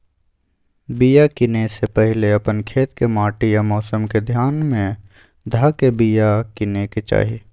बिया किनेए से पहिले अप्पन खेत के माटि आ मौसम के ध्यान में ध के बिया किनेकेँ चाही